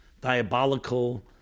diabolical